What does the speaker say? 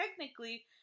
technically